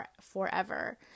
forever